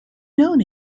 known